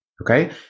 okay